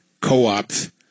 co-ops